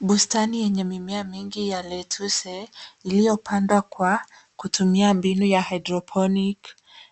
Bustani yenye mimea mingi ya lettuce lililopandwa kwa kutumia mbinu ya hydroponic